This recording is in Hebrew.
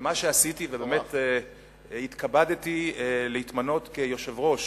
ומה שעשיתי, ובאמת התכבדתי להתמנות כיושב-ראש